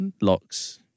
locks